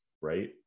right